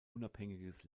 unabhängiges